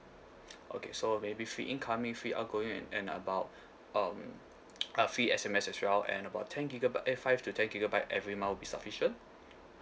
okay so maybe free incoming free outgoing and and about um uh free S_M_S as well and about ten gigabyte eh five to ten gigabyte every month will be sufficient